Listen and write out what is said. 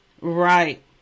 right